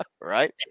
Right